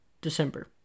December